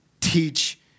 teach